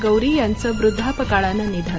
गौरी यांचं वृद्धापकाळानं निधन